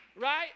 right